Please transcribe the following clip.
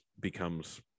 becomes